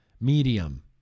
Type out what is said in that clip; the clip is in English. medium